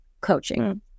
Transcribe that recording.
coaching